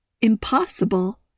Impossible